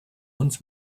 uns